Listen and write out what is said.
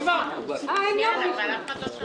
שהגיש לפני זמן,